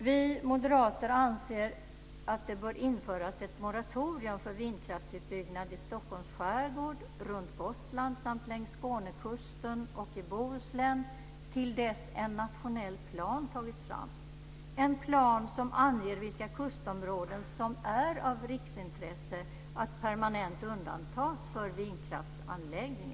Vi moderater anser att det bör införas ett moratorium för vindkraftsutbyggnad i Stockholms skärgård, runt Gotland samt längs Skånekusten och i Bohuslän till dess en nationell plan tagits fram, en plan som anger vilka kustområden som är av riksintresse att permanent undantas för vindkraftsanläggningar.